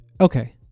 Okay